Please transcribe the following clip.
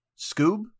Scoob